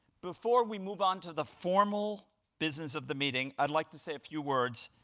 before we move on to the formal business of the meeting, i'd like to say a few words,